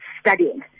studying